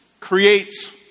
Creates